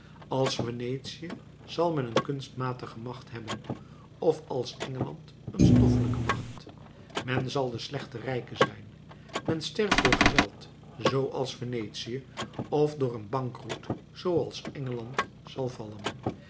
als venetië zal men een kunstmatige macht hebben of als engeland een stoffelijke macht men zal de slechte rijke zijn men sterft door geweld zooals venetië of door een bankroet zooals engeland zal vallen